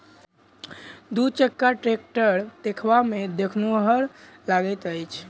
दू चक्का टेक्टर देखबामे देखनुहुर लगैत अछि